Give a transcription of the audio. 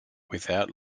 without